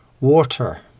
water